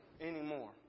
anymore